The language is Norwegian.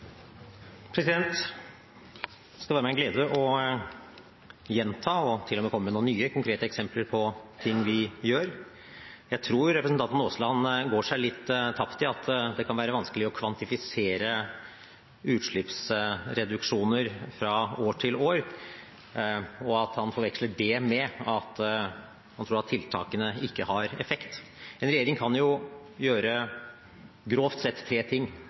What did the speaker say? skal være meg en glede å gjenta og til og med komme med noen nye konkrete eksempler på ting vi gjør. Jeg tror representanten Aasland fortaper seg litt i at det kan være vanskelig å kvantifisere utslippsreduksjoner fra år til år, og at han forveksler det med det han tror: at tiltakene ikke har effekt. En regjering kan grovt sett gjøre tre ting